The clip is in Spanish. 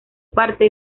parte